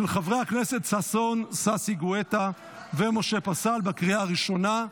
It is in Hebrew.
של חברי הכנסת ששון ששי גואטה ומשה פסל בקריאה הראשונה.